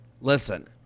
Listen